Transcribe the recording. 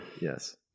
Yes